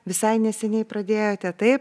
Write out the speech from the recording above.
visai neseniai pradėjote taip